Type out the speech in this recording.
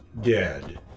dead